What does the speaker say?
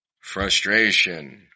Frustration